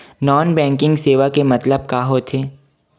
Non banking सेवा के मतलब का होथे?